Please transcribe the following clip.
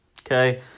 Okay